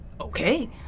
okay